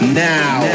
now